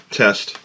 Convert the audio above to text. test